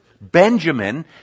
Benjamin